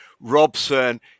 Robson